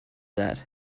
that